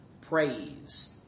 praise